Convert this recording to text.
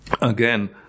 again